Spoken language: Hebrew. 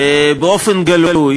שבאופן גלוי